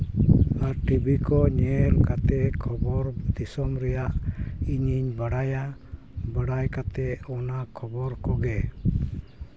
ᱟᱨ TV ᱠᱚ ᱧᱮᱞ ᱠᱟᱛᱮᱫ ᱠᱷᱚᱵᱚᱨ ᱫᱤᱥᱚᱢ ᱨᱮᱭᱟᱜ ᱤᱧᱤᱧ ᱵᱟᱲᱟᱭᱟ ᱵᱟᱰᱟᱭ ᱠᱟᱛᱮᱫ ᱚᱱᱟ ᱠᱷᱚᱵᱚᱨ ᱠᱚᱜᱮ